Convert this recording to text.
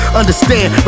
understand